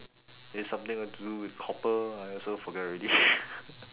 it's something to do with copper I also forget already